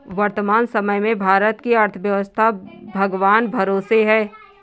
वर्तमान समय में भारत की अर्थव्यस्था भगवान भरोसे है